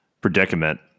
predicament